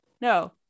no